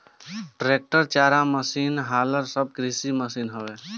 tractor, चारा machine, हालर सब कृषि के मशीन हवे